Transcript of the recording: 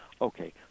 Okay